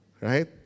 Right